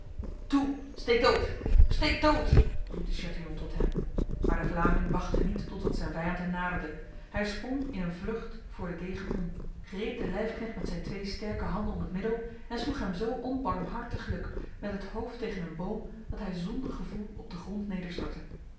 toe steek dood steek dood riep de chatillon tot hem maar de vlaming wachtte niet totdat zijn vijand hem naderde hij sprong in een vlucht voor de degen om greep de lijfknecht met zijn twee sterke handen om het middel en sloeg hem zo onbarmhartiglijk met het hoofd tegen een boom dat hij zonder gevoel op de grond